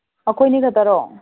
ꯑꯩꯈꯣꯏꯅꯤ ꯈꯛꯇꯔꯣ